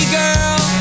girl